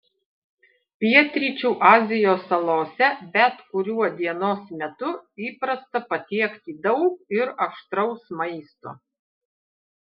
pietryčių azijos salose bet kuriuo dienos metu įprasta patiekti daug ir aštraus maisto